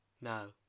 No